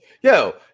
Yo